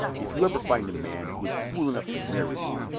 if you ever find a man who is fool enough to marry you,